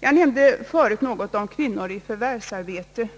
Jag nämnde tidigare något om kvinnor i förvärvsarbete,